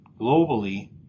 globally